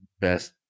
best